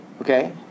Okay